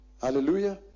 Hallelujah